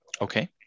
Okay